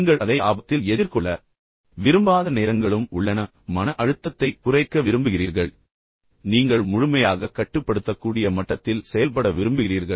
நீங்கள் அதை ஆபத்தில் எதிர்கொள்ள விரும்பாத நேரங்களும் உள்ளன எனவே உங்கள் மன அழுத்தத்தைக் குறைக்க விரும்புகிறீர்கள் பின்னர் நீங்கள் முழுமையாகக் கட்டுப்படுத்தக்கூடிய மட்டத்தில் செயல்பட விரும்புகிறீர்கள்